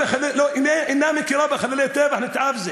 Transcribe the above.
היא אינה מכירה בחללי טבח נתעב זה